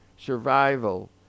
survival